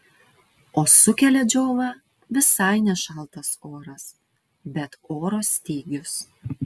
o sukelia džiovą visai ne šaltas oras bet oro stygius